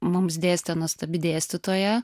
mums dėstė nuostabi dėstytoja